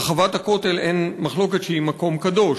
רחבת הכותל, אין מחלוקת שהיא מקום קדוש,